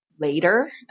later